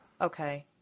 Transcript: Okay